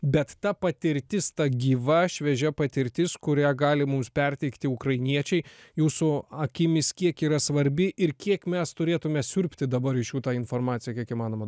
bet ta patirtis ta gyva šviežia patirtis kurią gali mums perteikti ukrainiečiai jūsų akimis kiek yra svarbi ir kiek mes turėtume siurbti dabar iš jų tą informaciją kiek įmanoma